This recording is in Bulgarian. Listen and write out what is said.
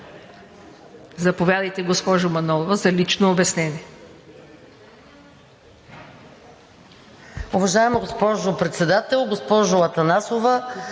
Заповядайте, госпожо Манолова, за лично обяснение.